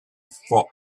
for